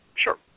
Sure